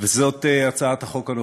וזאת הצעת החוק הנוכחית.